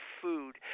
food